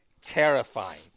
Terrifying